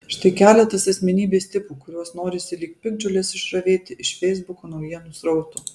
štai keletas asmenybės tipų kuriuos norisi lyg piktžoles išravėti iš feisbuko naujienų srauto